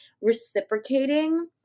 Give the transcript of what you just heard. reciprocating